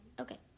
Okay